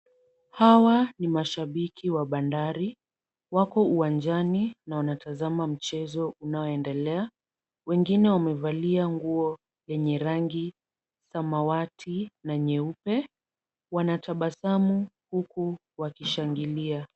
Hawa ni mashabiki wa Bandari. Wako uwanjani na wanatazama mchezo unaoendelea. Wengine wamevalia nguo yenye rangi samawati na nyeupe. Wanatabasamu huku wakishangilia.